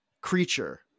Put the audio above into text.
creature